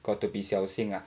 got to be 小心 ah